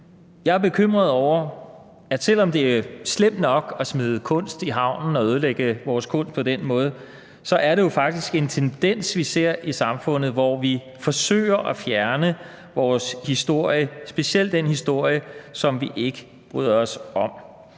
Jeg er bekymret over, selv om det er slemt nok at smide kunst i havnen og ødelægge vores kunst på den måde, at det jo faktisk er en tendens, vi ser i samfundet, hvor vi forsøger at fjerne vores historie, specielt den historie, som vi ikke bryder os om.